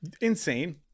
insane